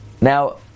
Now